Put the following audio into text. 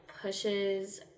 pushes